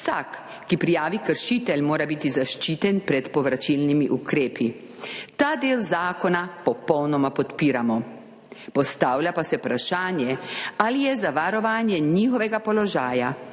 Vsak, ki prijavi kršitev, mora biti zaščiten pred povračilnimi ukrepi. Ta del zakona popolnoma podpiramo. Postavlja pa se vprašanje, ali je za varovanje njihovega položaja